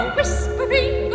whispering